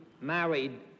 married